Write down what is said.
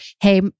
hey